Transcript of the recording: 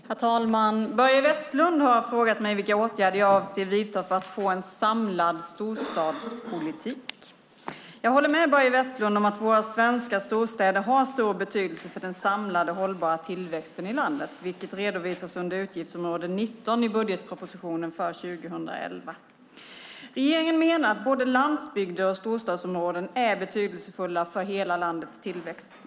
Herr talman! Börje Vestlund har frågat mig vilka åtgärder jag avser att vidta för att få en samlad storstadspolitik. Jag håller med Börje Vestlund om att våra svenska storstäder har stor betydelse för den samlade hållbara tillväxten i landet, vilket redovisas under utgiftsområde 19 i budgetpropositionen för 2011. Regeringen menar att både landsbygder och storstadsområden är betydelsefulla för hela landets tillväxt.